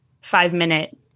five-minute